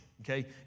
okay